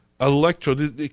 Electro